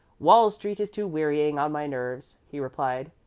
wall street is too wearing on my nerves, he replied.